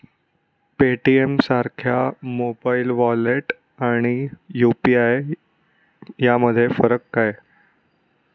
पेटीएमसारख्या mobile wallet आणि UPI यामधला फरक काय आहे?